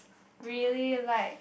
really like